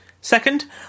Second